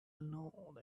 know